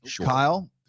Kyle